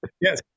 Yes